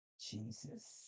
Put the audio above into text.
Jesus